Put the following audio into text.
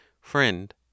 Friend